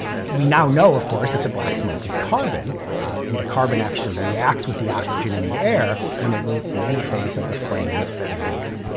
we now know of course that the black smoke is carbon and the carbon actually reacts with the oxygen in the air when it meets the interface of the flame and the air.